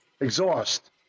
exhaust